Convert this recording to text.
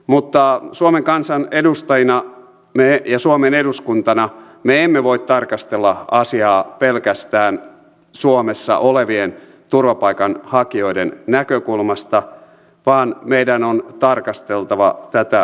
mutta suomen kansan edustajina ja suomen eduskuntana me emme voi tarkastella asiaa pelkästään suomessa olevien turvapaikanhakijoiden näkökulmasta vaan meidän on tarkasteltava tätä asiaa laajemmin